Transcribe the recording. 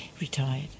retired